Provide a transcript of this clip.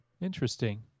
Interesting